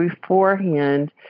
beforehand